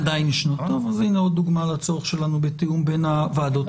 הינה עוד דוגמה לצורך שלנו לתיאום בין הוועדות.